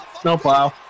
Snowplow